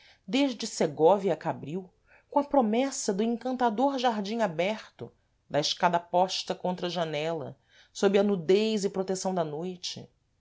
desde segóvia a cabril com a promessa do encantador jardim aberto da escada posta contra a janela sob a nudez e protecção da noite